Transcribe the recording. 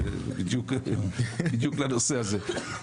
זה בדיוק לנושא הזה.